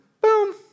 boom